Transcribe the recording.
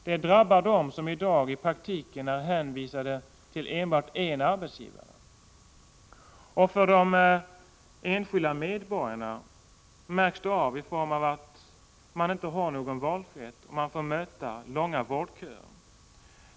Det drabbar dem som i dag i praktiken är hänvisade till enbart en arbetsgivare. Och för de enskilda medborgarna märks det i form av att de inte har någon valfrihet utan får möta långa vårdköer.